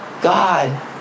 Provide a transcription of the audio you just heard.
God